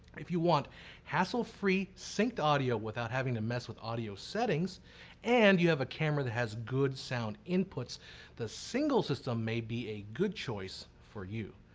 if you want hassle-free synched audio without having to mess with audio settings and you have a camera that has good sound inputs the single system may be a good choice for you.